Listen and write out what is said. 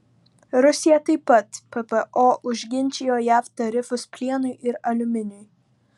rusija taip pat ppo užginčijo jav tarifus plienui ir aliuminiui